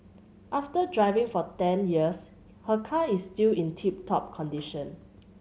after driving for ten years her car is still in tip top condition